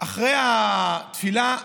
אחרי התפילה,